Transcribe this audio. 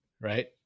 Right